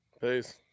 Peace